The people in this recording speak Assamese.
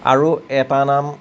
আৰু এটাৰ নাম